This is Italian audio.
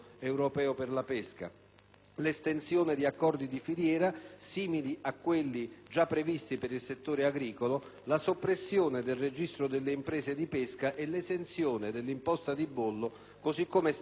l'estensione di accordi di filiera simili a quelli già previsti per il settore agricolo, la soppressione del registro delle imprese di pesca e l'esenzione dell'imposta di bollo così come stabilita per il settore agricolo.